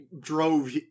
drove